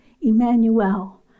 Emmanuel